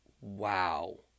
Wow